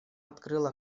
открыла